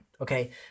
Okay